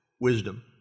wisdom